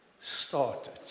started